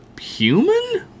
human